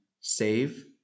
save